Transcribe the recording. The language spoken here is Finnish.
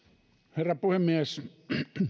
herra puhemies